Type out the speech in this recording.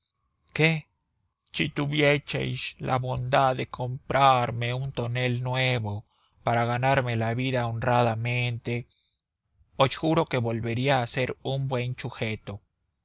qué si tuvieseis la bondad de comprarme un tonel nuevo para ganarme la vida honradamente os juro que volvería a ser un buen sujeto